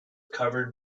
covered